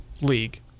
league